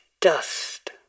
dust